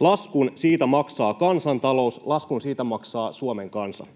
Laskun siitä maksaa kansantalous, laskun siitä maksaa Suomen kansa.